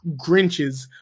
grinches